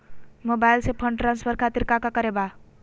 Mobile से fund transfer खातिर काका करे के बा?